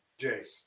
Jace